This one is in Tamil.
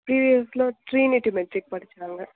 பிரிவியஸ்ஸில் ட்ரீனிட்டி மெட்ரிக் படிச்சாங்க